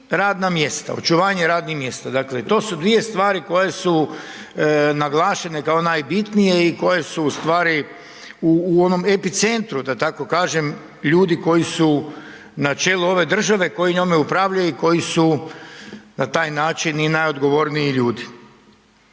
radna mjesta, očuvanje radnih mjesta. Dakle, to su dvije stvari koje su naglašene kao najbitnije i koje su u stvari u onom epicentru da tako kažem ljudi koji su na čelu ove države koji njome upravljaju i koji su na taj način i najodgovorniji ljudi.